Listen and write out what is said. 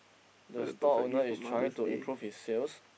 the store owner is trying to improve his sales